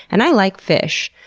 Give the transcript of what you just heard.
and i like fish,